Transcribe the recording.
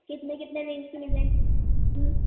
کتنے کتنے رینج پہ مل جائے گی